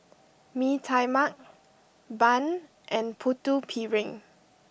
Mee Tai Mak Bun and Putu Piring